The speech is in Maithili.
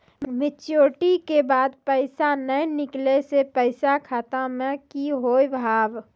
मैच्योरिटी के बाद पैसा नए निकले से पैसा खाता मे की होव हाय?